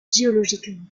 géologique